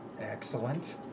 Excellent